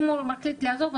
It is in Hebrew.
אם הוא מחליט לעזוב,